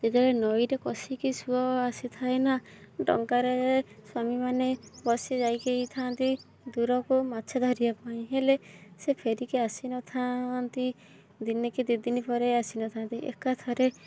ଯେତେବେଳେ ନଈରେ କଷିକି ସୁଅ ଆସିଥାଏ ନା ଡଙ୍ଗାରେ ସ୍ୱାମୀମାନେ ବସି ଯାଇକିଥାନ୍ତି ଦୂରକୁ ମାଛ ଧରିବା ପାଇଁ ହେଲେ ସେ ଫେରିକି ଆସିନଥାନ୍ତି ଦିନେ କି ଦୁଇ ଦିନ ପରେ ଆସିନଥାନ୍ତି ଏକା ଥରେ